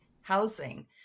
housing